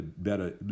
better